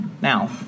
Now